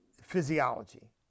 physiology